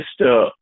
Mr